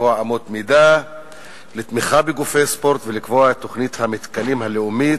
לקבוע אמות מידה לתמיכה בגופי ספורט ולקבוע את תוכנית המתקנים הלאומית,